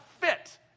fit